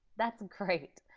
that's great.